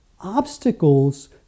obstacles